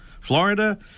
Florida